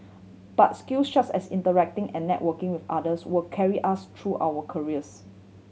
but skill such as interacting and networking with others will carry us through our careers